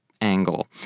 angle